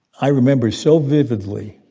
i remember so vividly